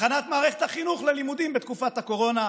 הכנת מערכת החינוך ללימודים בתקופת הקורונה,